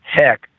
heck